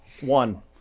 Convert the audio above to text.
One